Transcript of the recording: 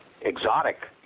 exotic